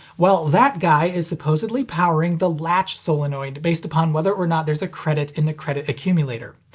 well, that guy is supposedly powering the latch solenoid, based upon whether or not there's a credit in the credit accumulator.